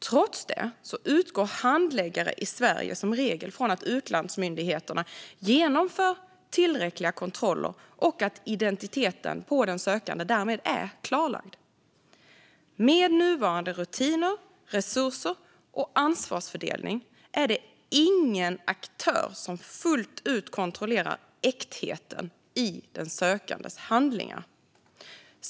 Trots det utgår handläggare i Sverige som regel från att utlandsmyndigheterna genomför tillräckliga kontroller och att identiteten på den sökande därmed är klarlagd. Med nuvarande rutiner, resurser och ansvarsfördelning är det ingen aktör som fullt ut kontrollerar äktheten i den sökandes handlingar.